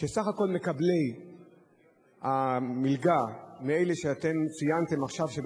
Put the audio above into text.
שסך כל מקבלי המלגה מאלה שאתם ציינתם עכשיו שהם